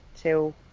till